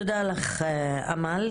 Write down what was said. תודה לך אמל.